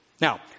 Now